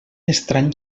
estrany